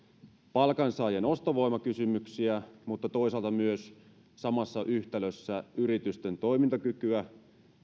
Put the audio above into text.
palkansaajien ostovoimakysymyksiä mutta toisaalta myös samassa yhtälössä yritysten toimintakykyä